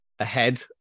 ahead